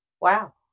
Wow